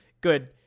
good